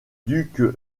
duc